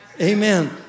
Amen